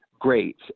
great